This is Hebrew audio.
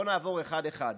בואו נעבור אחד-אחד: